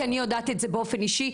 כי אני יודעת את זה באופן אישי,